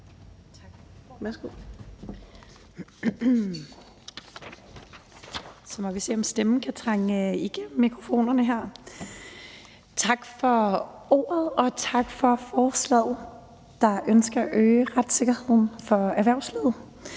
Tak for ordet, og tak for forslaget, der ønsker at øge retssikkerheden for erhvervslivet.